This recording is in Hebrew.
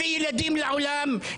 הביא ילדים לעולם,